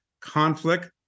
Conflict